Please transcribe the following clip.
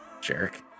Jerk